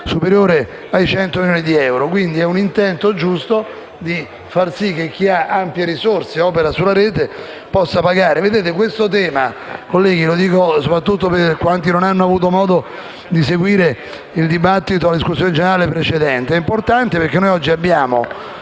superiore ai 100 milioni di euro. Quindi è un intento giusto far sì che chi ha ampie risorse e opera sulla rete possa pagare. Questo tema, colleghi, e lo dico soprattutto a quanti non hanno avuto modo di seguire il dibattito e la discussione generale precedente, è importante perché oggi abbiamo